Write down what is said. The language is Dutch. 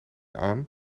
aan